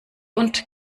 und